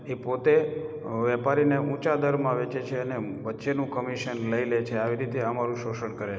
એ પોતે વેપારીને ઊંચા દરમાં વેચે છે અને વચ્ચેનું કમિશન લઈ લે છે આવી રીતે અમારું શોષણ કરે છે